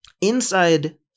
Inside